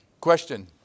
Question